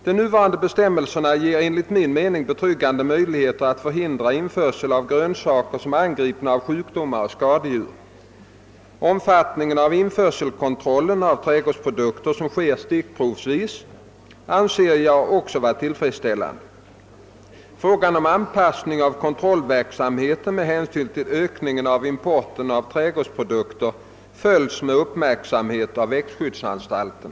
De nuvarande bestämmelserna ger enligt min mening betryggande möjligheter att förhindra införsel av grönsaker som är angripna av sjukdomar och skadedjur. Omfattningen av införselkontrollen av trädgårdsprodukter som sker stickprovsvis anser jag också vara tillfredsställande. Frågan om anpassning av kontrollverksamheten med hänsyn till ökningen av importen av trädgårdsprodukter följs med uppmärksamhet av växtskyddsanstalten.